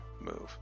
move